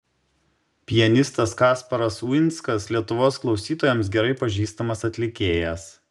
pianistas kasparas uinskas lietuvos klausytojams gerai pažįstamas atlikėjas